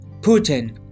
Putin